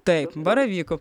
taip baravykų